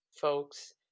folks